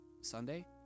Sunday